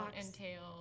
entail